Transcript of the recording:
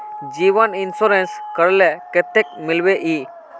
जीवन इंश्योरेंस करले कतेक मिलबे ई?